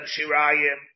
shirayim